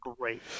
Great